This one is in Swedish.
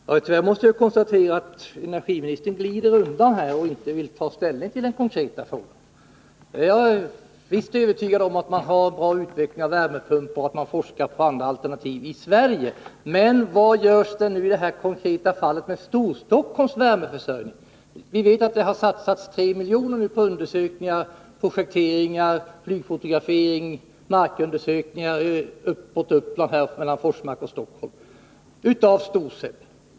Fru talman! Tyvärr måste jag konstatera att energiministern glider undan och inte vill ta ställning till den konkreta frågan. Jag är visst övertygad om att det pågår en bra utveckling av värmepumpar och att man forskar på andra alternativ i Sverige. Men vad görs i detta konkreta fall för Storstockholms värmeförsörjning? Vi vet att STOSEB har satsat 3 milj.kr. på undersökningar, projekteringar, flygfotografering och markundersökningar uppåt Uppland mellan Forsmark och Stockholm.